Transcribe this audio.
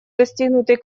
достигнутый